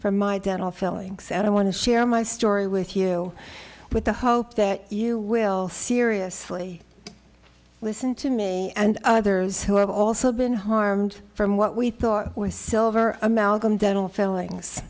from my dental fillings and i want to share my story with you with the hope that you will seriously listen to me and others who have also been harmed from what we thought was silver amalgam dental fillings